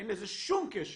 אין לזה שום קשר,